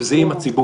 וזה יהיה עם הציבור,